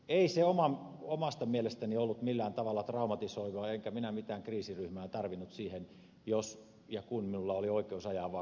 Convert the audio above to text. ei se omasta mielestäni ollut millään tavalla traumatisoiva enkä minä mitään kriisiryhmää tarvinnut siihen jos ja kun minulla oli oikeus ajaa vaan kahdeksaakymppiä